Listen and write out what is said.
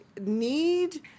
need